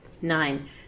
nine